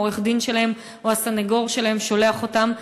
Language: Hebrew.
או העורך-דין שלהם או הסניגור שלהם שולח אותם,